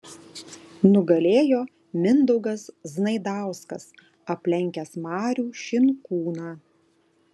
nugalėjo mindaugas znaidauskas aplenkęs marių šinkūną